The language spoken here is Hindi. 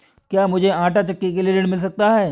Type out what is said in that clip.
क्या मूझे आंटा चक्की के लिए ऋण मिल सकता है?